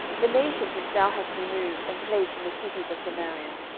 the nations which thou hast removed, and placed in the cities of samaria,